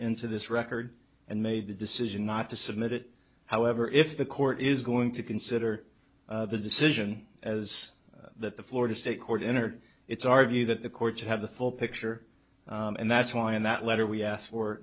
into this record and made the decision not to submit it however if the court is going to consider the decision as that the florida state court entered it's our view that the courts have the full picture and that's why in that letter we asked for